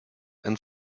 and